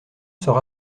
sera